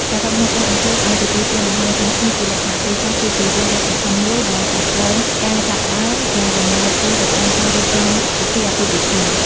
សរុបមក ការអញ្ជើញឲ្យទទួលទានអាហារជុំគ្នាជាលក្ខណៈគ្រួសារ គឺជារឿងដ៏សំខាន់មួយដែលសម្គាល់ការចាប់ផ្តើម និងដំណើរឆ្ពោះទៅកាន់ការរៀបចំពីធីអាពាហ៍ពិពាហ៍។